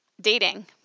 dating